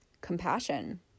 compassion